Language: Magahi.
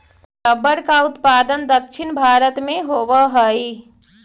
रबर का उत्पादन दक्षिण भारत में होवअ हई